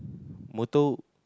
motto